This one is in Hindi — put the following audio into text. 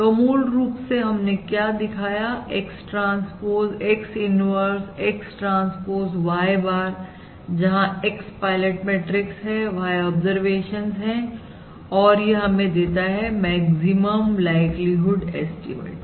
तो मूल रूप से हमने क्या दिखाया X transpose X inverse X transpose Y bar जहां X पायलट मैट्रिक्स है Y bar ऑब्जर्वेशंस है और यह हमें देता है मैक्सिमम लाइक्लीहुड एस्टीमेट